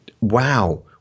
Wow